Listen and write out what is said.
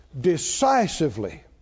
decisively